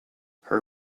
her